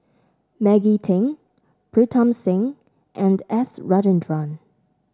Maggie Teng Pritam Singh and S Rajendran